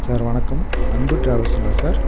sir வணக்கம் அன்பு டிராவல்ஸுங்களா sir